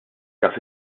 naf